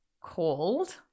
called